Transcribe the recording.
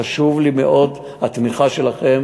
חשובה לי מאוד התמיכה שלכם